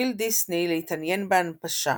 התחיל דיסני להתעניין בהנפשה,